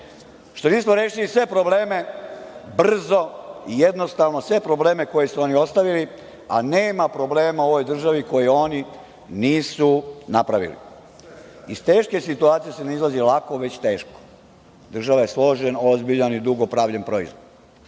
što nismo rešili sve probleme brzo i jednostavno koje su oni ostavili, a nema problema u ovoj državi koje oni nisu napravili. Iz teške situacije se ne izlazi lako već teško. Država je složen, ozbiljan i dugo pravljen proizvod.